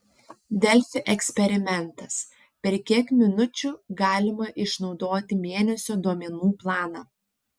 delfi eksperimentas per kiek minučių galima išnaudoti mėnesio duomenų planą